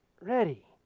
ready